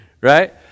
Right